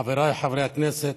חבריי חברי הכנסת,